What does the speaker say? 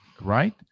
Right